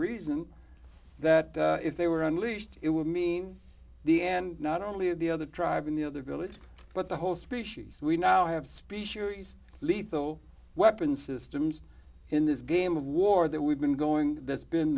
reason that if they were unleashed it would mean the end not only of the other tribe in the other village but the whole species we now have species lethal weapon systems in this game of war that we've been going that's been